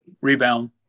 rebound